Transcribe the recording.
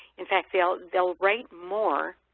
in fact, they'll they'll write more